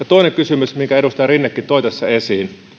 toinen kysymys minkä edustaja rinnekin toi tässä esiin